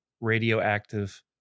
radioactive